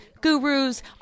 gurus